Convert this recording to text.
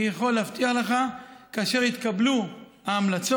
אני יכול להבטיח לך שכאשר יתקבלו ההמלצות,